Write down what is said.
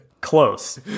close